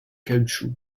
caoutchouc